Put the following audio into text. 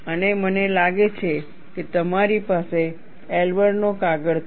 અને મને લાગે છે કે તમારી પાસે એલ્બરનો કાગળ છે